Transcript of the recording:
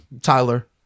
Tyler